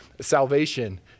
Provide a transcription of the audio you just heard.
salvation